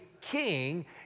king